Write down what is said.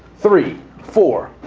three, four,